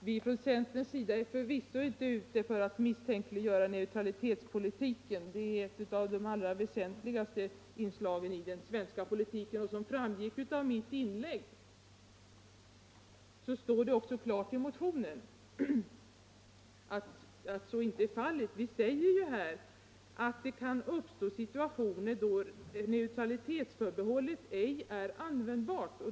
Herr talman! Från centerns sida är vi förvisso inte ute för att söka misstänkliggöra neutralitetspolitiken, som är ett av de väsentligaste inslagen i den svenska politiken. Som framgick av mitt inlägg i debatten står det också klart i motionen att så inte är fallet. Vi säger ju att det kan uppstå situationer då neutralitetsförbehållet ej är användbart.